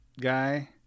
guy